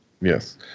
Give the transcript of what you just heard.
Yes